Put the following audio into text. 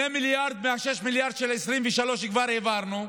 2 מיליארד מה-6 מיליארד של 2023 כבר העברנו,